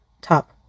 Top